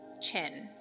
chin